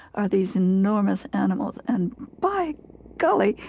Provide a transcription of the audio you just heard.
are these enormous animals. and by golly,